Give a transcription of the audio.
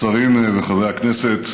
השרים וחברי הכנסת